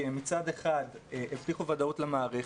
כי מצד אחד הם הבטיחו ודאות למערכת,